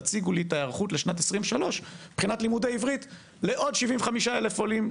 תציגו לי את ההיערכות לשנת 2023 לעוד 75,000 עולים,